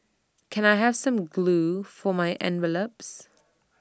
can I have some glue for my envelopes